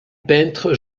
peintre